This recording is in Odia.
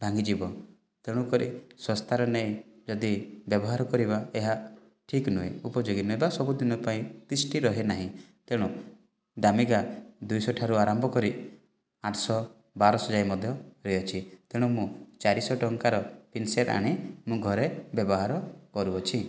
ଭାଙ୍ଗିଯିବ ତ ତେଣୁକରି ଶସ୍ତାର ନେଇ ଯଦି ବ୍ୟବହାର କରିବା ଏହା ଠିକ୍ ନୁହେଁ ଉପଯୋଗୀ ନୁହେଁ ବା ସବୁ ଦିନ ପାଇଁ ତିଷ୍ଠି ରହେ ନାହିଁ ତେଣୁ ଦାମିକା ଦୁଇଶହ ଠାରୁ ଆରମ୍ଭ କରି ଆଠଶହ ବାରଶହ ଯାଏଁ ମଧ୍ୟ ରହିଅଛି ତେଣୁ ମୁଁ ଚାରିଶହ ଟଙ୍କାର ଇନ୍ସେସ୍ ଆଣି ମୁଁ ଘରେ ବ୍ୟବହାର କରୁଅଛି